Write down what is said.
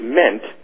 meant